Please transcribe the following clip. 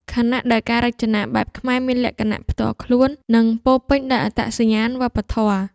ខណៈដែលការរចនាបែបខ្មែរមានលក្ខណៈផ្ទាល់ខ្លួន និងពោរពេញដោយអត្តសញ្ញាណវប្បធម៌។